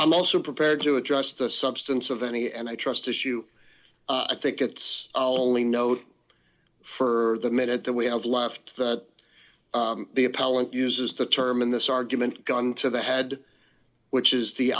and also prepared to address the substance of any and i trust issue i think it's only note for the minute that we have left that the appellant uses the term in this argument gun to the had which is the